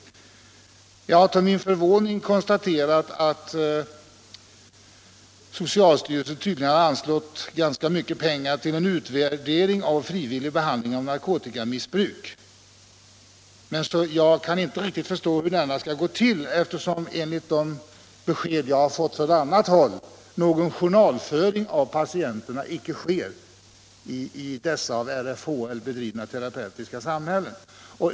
Jag har till min förvåning konstaterat att socialstyrelsen anslagit ganska mycket pengar till utvärdering av frivillig behandling av narkotikamissbrukare. Men jag kan inte riktigt förstå hur detta skall gå till eftersom, enligt besked jag fått från annat håll, någon journalföring av patienterna icke sker i de av RFHL bedrivna terapeutiska samhällena.